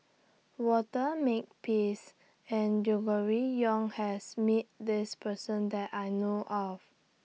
Walter Makepeace and Gregory Yong has Met This Person that I know of